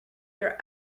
your